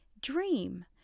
dream